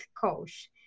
coach